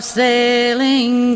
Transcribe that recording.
sailing